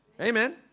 Amen